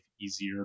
easier